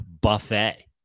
buffet